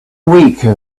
weak